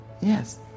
Yes